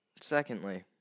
secondly